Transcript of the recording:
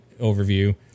overview